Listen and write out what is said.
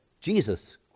Jesus